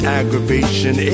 aggravation